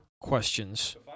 questions